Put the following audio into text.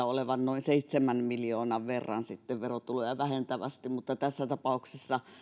olevan noin seitsemän miljoonan verran verotulovaikutuksia verotuloja vähentävästi mutta tässä tapauksessa